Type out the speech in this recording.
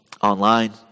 online